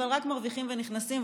רק מרוויחים ונכנסים.